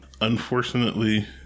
Unfortunately